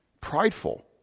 Prideful